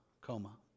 coma